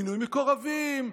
מינוי מקורבים,